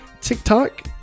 TikTok